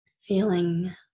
Feeling